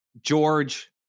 George